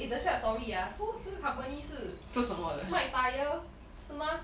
eh 等一下 sorry ah so so 这个 company 是卖 tyre 是吗